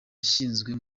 yashyizwe